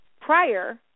prior